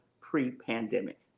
pre-pandemic